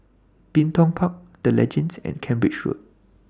Bin Tong Park The Legends and Cambridge Road